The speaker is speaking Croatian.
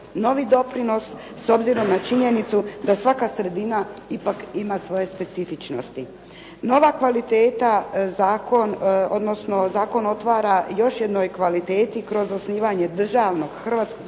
novi doprinos s obzirom na činjenicu da svaka sredina ipak ima svoje specifičnosti. Nova kvaliteta, zakon odnosno zakon otvara još jednoj kvaliteti kroz osnivanje državnog Hrvatskog